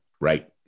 Right